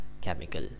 chemical